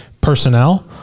personnel